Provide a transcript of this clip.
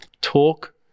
talk